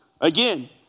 Again